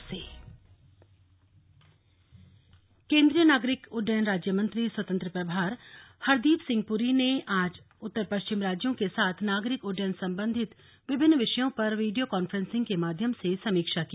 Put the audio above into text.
नागरिक उड्डयन समीक्षा केन्द्रीय नागरिक उड्डयन राज्यमंत्री स्वतंत्र प्रभार हरदीप सिंह पुरी ने आज उत्तर पश्चिम राज्यों के साथ नागरिक उड्डयन संबंधित विभिन्न विषयों पर वीडियो कॉन्फ्रेसिंग के माध्यम से समीक्षा की